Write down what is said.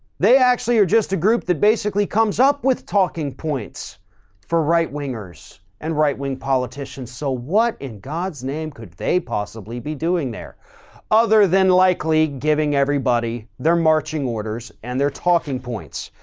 they actually are just a group that basically comes up with talking points for right wingers and right wing politicians. so what in god's name could they possibly be doing there other than likely giving everybody their marching orders and their talking points.